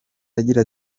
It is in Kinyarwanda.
agira